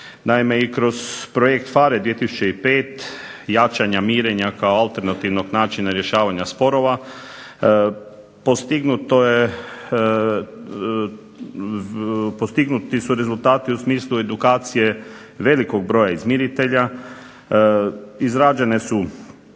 Naime i kroz projekt PHARE 2005, jačanja mirenja kao alternativnog načina rješavanja sporova postignuti su rezultati u smislu edukacije velikog broja izmiritelja, izrađene su